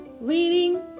reading